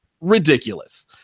ridiculous